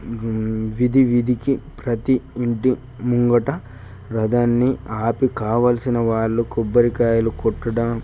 వీధి వీధికి ప్రతి ఇంటి ముంగిట రథాన్ని ఆపి కావాల్సిన వాళ్ళు కొబ్బరి కాయలు కొట్టడం